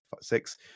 six